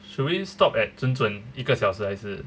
should we stop at 谆谆一个小时还是